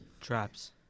traps